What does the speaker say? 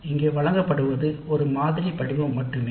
இங்கே வழங்கப்படுவது ஒரு மாதிரி மட்டுமே